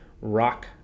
Rock